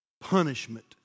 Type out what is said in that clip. punishment